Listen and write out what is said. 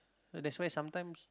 that's why sometimes